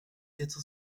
quatre